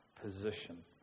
position